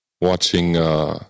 watching